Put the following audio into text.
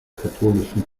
katholischen